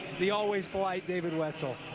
the always polite david wetzel.